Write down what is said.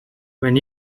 when